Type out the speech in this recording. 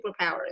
superpowers